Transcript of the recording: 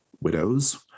widows